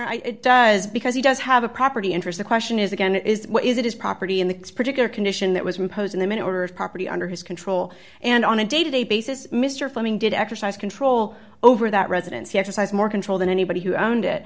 i it does because he does have a property interest the question is again it is what is it his property in the particular condition that was imposed on him in order of property under his control and on a day to day basis mr fleming did exercise control over that residence he exercised more control than anybody who owned it